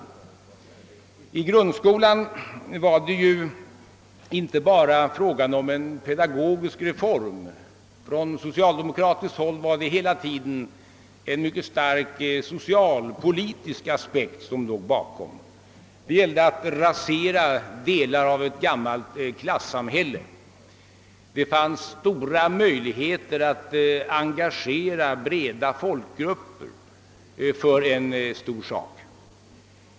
I fråga om grundskolan gällde det inte bara en pedagogisk reform; på socialdemokratiskt håll var det hela tiden en mycket stark socialpolitisk aspekt som låg bakom. Det gällde att rasera delar av ett gammalt klassamhälle. Det fanns stora möjligheter att engagera breda folkgrupper för en stor sak.